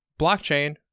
blockchain